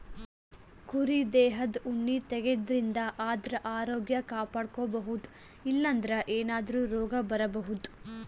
ಕುರಿ ದೇಹದ್ ಉಣ್ಣಿ ತೆಗ್ಯದ್ರಿನ್ದ ಆದ್ರ ಆರೋಗ್ಯ ಕಾಪಾಡ್ಕೊಬಹುದ್ ಇಲ್ಲಂದ್ರ ಏನಾದ್ರೂ ರೋಗ್ ಬರಬಹುದ್